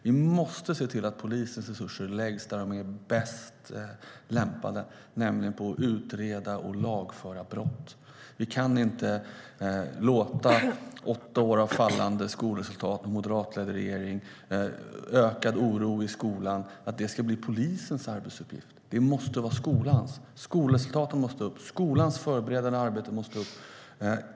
Vi måste se till att polisens resurser läggs där de är bäst lämpade, nämligen på att utreda och lagföra brott. Vi kan inte låta åtta år av fallande skolresultat under en moderatledd regering och ökad oro i skolan bli polisens arbetsuppgift. Det måste vara skolans. Skolresultaten måste upp. Skolans förberedande arbete måste upp.